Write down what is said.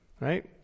right